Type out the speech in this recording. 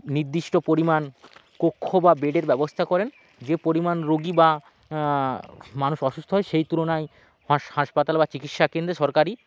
নির্দিষ্ট পরিমাণ কক্ষ বা বেডের ব্যবস্থা করেন যে পরিমাণ রোগী বা মানুষ অসুস্থ হয় সেই তুলনায় হাস হাসপাতাল বা চিকিৎসা কেন্দ্রে সরকারি